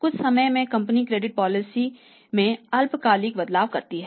कुछ समय में कंपनी क्रेडिट पॉलिसी में अल्पकालिक बदलाव करती है